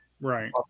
Right